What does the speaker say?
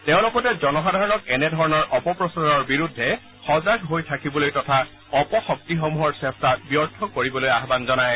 তেওঁ লগতে জনসাধাৰণক এনে ধৰণৰ অপপ্ৰচাৰৰ বিৰুদ্ধে সজাগ হৈ থাকিবলৈ তথা অপশক্তিসমূহৰ চেষ্টা ব্যৰ্থ কৰিবলৈ আহান জনায়